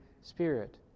Spirit